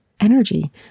energy